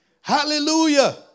Hallelujah